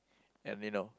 and you know